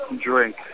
drink